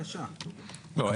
לא,